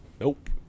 Nope